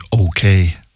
okay